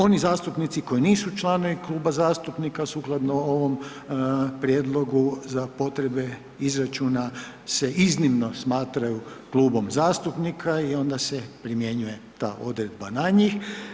Oni zastupnici koji nisu članovi kluba zastupnika sukladno ovom prijedlogu za potrebe izračuna sve iznimno smatraju klubom zastupnika i onda se primjenjuje ta odredba na njih.